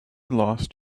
lost